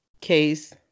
case